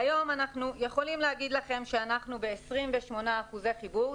והיום אנחנו יכולים לומר לכם שאנחנו ב-28 אחוזי חיבור.